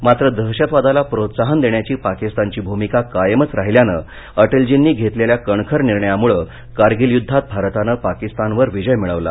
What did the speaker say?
मात्र दहशतवादाला प्रोत्साहन देण्याची पाकिस्तानची भूमिका कायमच राहिल्यान अटलजीनी घेतलेल्या कणखर निर्णयामुळे कारगिल युद्धात भारतानं पाकिस्तान वर विजय मिळवला